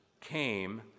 came